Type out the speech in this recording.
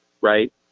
right